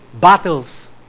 battles